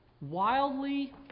wildly